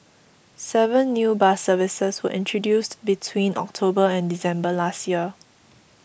seven new bus services were introduced between October and December last year